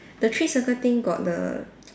the three circle thing got the